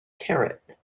carrot